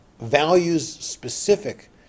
values-specific